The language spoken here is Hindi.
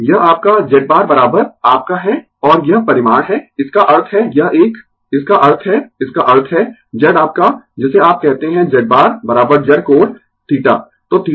यह आपका Z बार आपका है और यह परिमाण है इसका अर्थ है यह एक इसका अर्थ है इसका अर्थ है Z आपका जिसे आप कहते है Z बार Z कोण θ